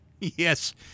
Yes